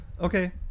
Okay